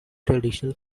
traditional